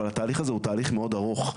אבל התהליך הזה הוא תהליך מאוד ארוך,